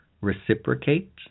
reciprocate